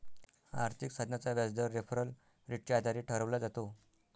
आर्थिक साधनाचा व्याजदर रेफरल रेटच्या आधारे ठरवला जातो